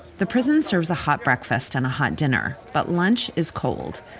the prison serves a hot breakfast and a hot dinner, but lunch is cold.